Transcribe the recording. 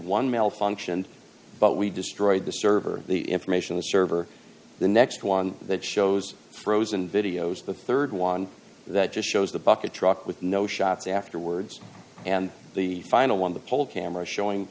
one malfunctioned but we destroyed the server the information the server the next one that shows frozen videos of the rd one that just shows the bucket truck with no shots afterwards and the final one the poll camera showing